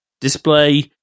display